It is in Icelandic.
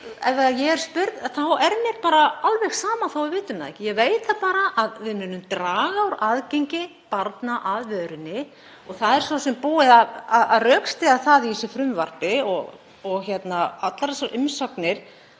ef ég er spurð, þá er mér bara alveg sama þó að við vitum það ekki. Ég veit það bara að við munum draga úr aðgengi barna að vörunni. Það er svo sem búið að rökstyðja það í þessu frumvarpi og í öllum þessum umsögnum.